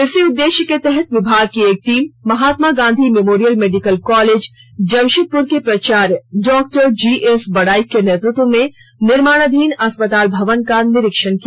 इसी उदेश्य के तहत विभाग की एक टीम ने Mahatma Gandhi memorial medical college Jamshedpur के प्राचार्य डॉक्टर जीएस बडाईक के नेतृत्व में निर्माणाधीन अस्पताल भवन का निरीक्षण किया